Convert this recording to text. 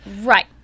Right